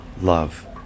love